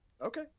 Okay